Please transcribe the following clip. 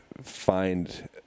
find